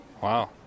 Wow